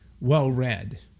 well-read